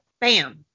bam